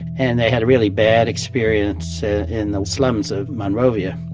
and they had a really bad experience in the slums of monrovia.